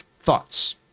thoughts